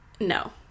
no